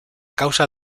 causa